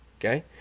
okay